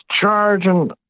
charging